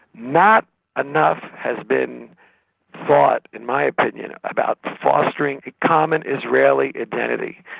not enough has been thought in my opinion, about fostering a common israeli identity.